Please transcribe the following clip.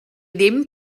ddim